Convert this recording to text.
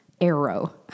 arrow